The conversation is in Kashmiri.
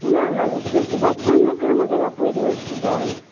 نہ نہ مےٚ کِھیو أکیاہ بَتہٕ تہٕ مےٚ کٔرٕن مگر یَپٲرۍ یٔڑ سُہ دَگ